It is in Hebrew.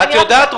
את יודעת,